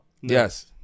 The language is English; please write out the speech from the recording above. Yes